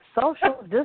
Social